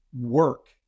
work